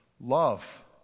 love